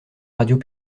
radios